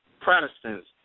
Protestants